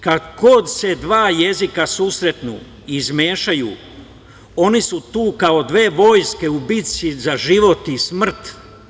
Kad god se dva jezika susretnu i izmešaju, oni su tu kao dve vojske u bici za život i smrt.